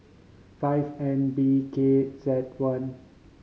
five N B K Z one